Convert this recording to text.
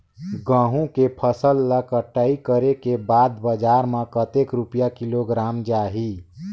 गंहू के फसल ला कटाई करे के बाद बजार मा कतेक रुपिया किलोग्राम जाही?